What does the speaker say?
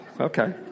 Okay